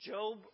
Job